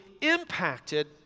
impacted